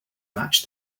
match